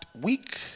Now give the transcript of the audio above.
week